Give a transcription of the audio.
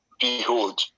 Behold